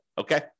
Okay